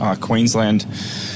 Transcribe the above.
Queensland